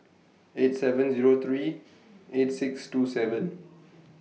eight seven Zero three eight six two seven